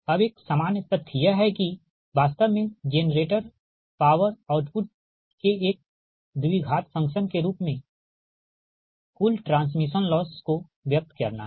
अब एक सामान्य तथ्य यह है कि वास्तव में जेनरेटर पॉवर आउटपुट के एक द्विघात फ़ंक्शन के रूप में कुल ट्रांसमिशन लॉस को व्यक्त करना है